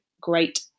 Great